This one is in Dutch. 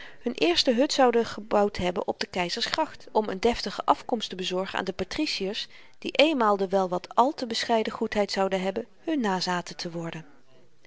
hun eerste hut zouden gebouwd hebben op de keizersgracht om n deftige afkomst te bezorgen aan de patriciers die eenmaal de wel wat al te bescheiden goedheid zouden hebben hun nazaten te worden